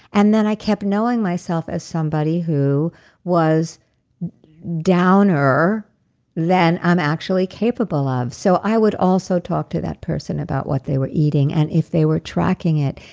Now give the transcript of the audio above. and then, i kept knowing myself as somebody who was downer than i'm actually capable of. so i would also talk to that person about what they were eating, and if they were tracking it,